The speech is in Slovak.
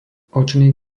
očný